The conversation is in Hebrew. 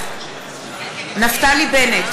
נפתלי בנט,